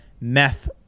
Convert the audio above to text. meth